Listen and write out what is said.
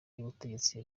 y’ubutegetsi